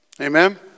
Amen